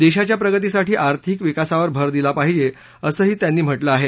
देशाच्या प्रगतीसाठी आर्थिक विकासावर भर दिला पाहिजे असंही त्यांनी म्हटलं आहे